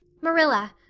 marilla,